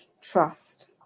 trust